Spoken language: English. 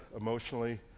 emotionally